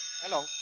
Hello